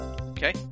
okay